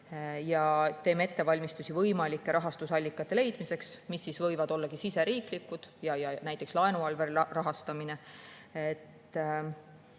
Teeme ettevalmistusi võimalike rahastusallikate leidmiseks, mis võivad olla ka riigisisesed ja näiteks laenu arvel rahastamine.